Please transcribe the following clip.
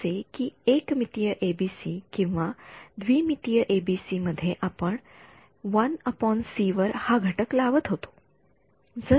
जसे कि एक मितीय एबीसी किंवा द्वि मितीय एबीसी मध्ये आपण १ सी वर हा घटक लावत होतो